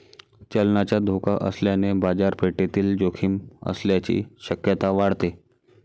चलनाचा धोका असल्याने बाजारपेठेतील जोखीम असण्याची शक्यता वाढते